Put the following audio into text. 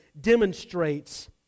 demonstrates